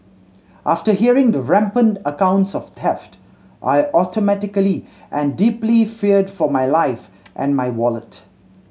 after hearing the rampant accounts of theft I automatically and deeply feared for my life and my wallet